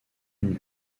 une